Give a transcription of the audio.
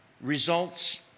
results